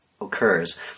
occurs